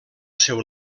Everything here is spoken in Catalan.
seu